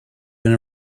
been